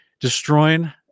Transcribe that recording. destroying